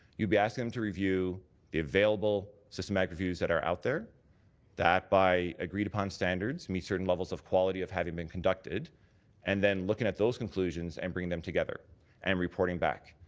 you'd be asking them to review the available systematic reviews that are out there that by agreed-upon standards meet certain levels of quality of having been conducted and looking at those conclusions and bringing them together and reporting back.